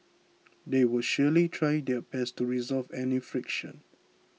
they will surely try their best to resolve any friction